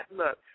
look